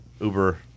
Uber